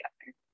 together